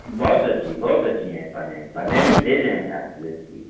बहुत अच्छी बहुत अच्छी हैं पढ़ने में पढ़ने में तेज हैं आपकी लड़की